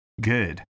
good